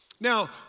Now